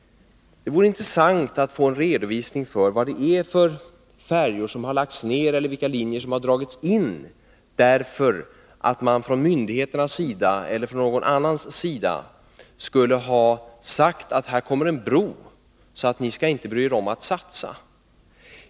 Det vore intressant att få en redovisning av vad det är för färjor som har lagts ned eller vilka linjer som har dragits in därför att man från myndigheternas eller från någon annans sida skulle ha sagt att här kommer en bro, så ni skall inte bry er om att satsa.